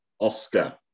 Oscar